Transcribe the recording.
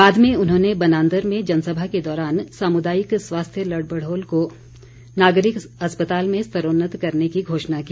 बाद में मुख्यमंत्री ने बनांदर में जनसभा के दौरान सामुदायिक स्वास्थ्य केन्द्र लड़भड़ोल को नागरिक अस्पताल में स्तरोन्नत करने की घोषणा की